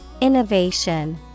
Innovation